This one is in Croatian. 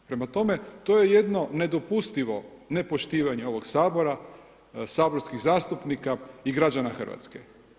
Prema tome, to je jedno nedopustivo nepoštivanje ovog Sabor, saborskih zastupnika i građana Hrvatske.